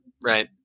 right